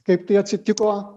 kaip tai atsitiko